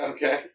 Okay